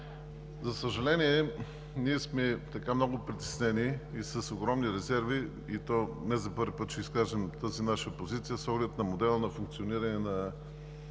за съжаление, ние сме много притеснени и с огромни резерви, и то не за първи път ще изкажем тази наша позиция с оглед модела на функциониране и